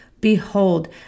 Behold